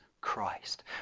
Christ